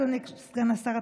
אדוני סגן השר,